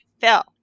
Phil